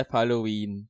Halloween